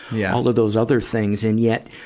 yeah all of those other things. and yet,